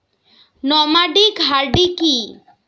Nomadic hardy কি?